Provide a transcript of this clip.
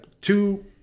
two